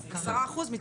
10%?